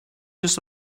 just